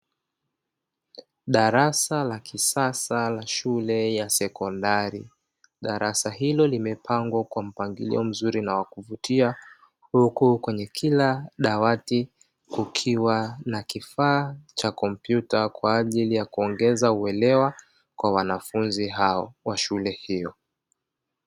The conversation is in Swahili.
Darasa la kisasa la shule ya sekondari, darasa hilo limepangwa kwa mpangilio mzuri na wa kuvutia; huku kwenye kila dawati kukiwa na kifaa cha kompyuta, kwa ajili ya kuongeza uelewa kwa wanafunzi hao wa shule hiyo.